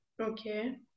Okay